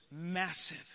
massive